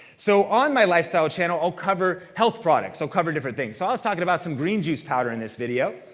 so on my lifestyle channel i'll cover health products. i'll cover different things. so i was talking about some green juice powder in this video.